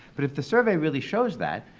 but if the survey really shows that,